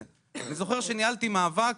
מאוד מקווה שיהיה מי שישמע ואולי ישקול לאמץ